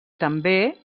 també